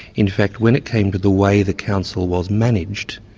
in fact when it came to the way the council was managed,